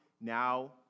now